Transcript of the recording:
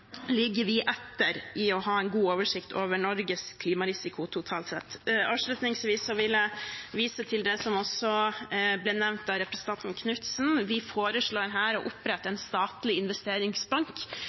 etter i å ha en god oversikt over Norges klimarisiko totalt sett. Avslutningsvis vil jeg vise til det som også ble nevnt av representanten Knutsen. Vi foreslår her å opprette